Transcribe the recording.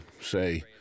say